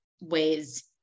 ways